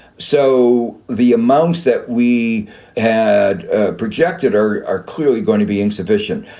so the amounts that we had projected are are clearly going to be insufficient.